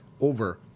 over